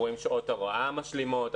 אנחנו רואים שעות הוראה משלימות,